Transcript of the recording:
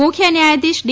મુખ્ય ન્યાયાધીશ ડી